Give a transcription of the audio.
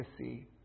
see